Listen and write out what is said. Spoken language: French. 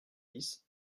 dix